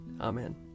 Amen